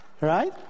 Right